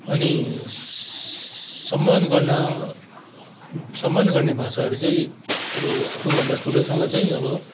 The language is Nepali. अनि सम्मान गर्न सम्मान गर्ने भाषाहरू चाहिँ अब आफूभन्दा ठुलोहरूसँग चाहिँ अब